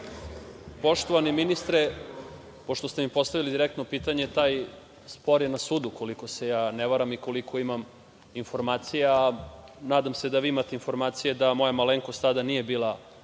Poštovani ministre, pošto ste mi postavili direktno pitanje, taj spor je na sudu, ukoliko se ja ne varam i koliko imam informacija. Nadam se da vi imate informacije da moja malenkost tada nije bila